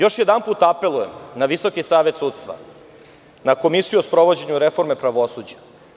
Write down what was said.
Još jedanput apelujem na Visoki savet sudstva, na Komisiju o sprovođenju reforme pravosuđa.